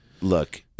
look